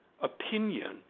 opinion